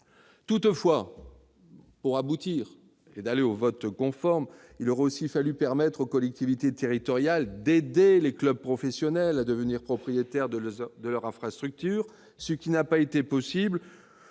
Toutefois, pour aboutir, il aurait aussi fallu permettre aux collectivités territoriales d'aider des clubs professionnels à devenir propriétaires de leurs infrastructures, ce qui n'a pas été possible,